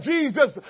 Jesus